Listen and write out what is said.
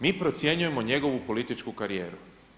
Mi procjenjujemo njegovu političku karijeru.